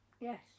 Yes